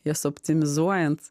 jas optimizuojant